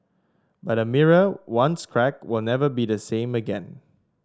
but a mirror once cracked will never be the same again